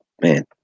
man